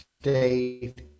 state